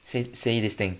say say this thing